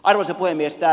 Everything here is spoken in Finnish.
arvoisa puhemies